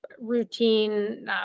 routine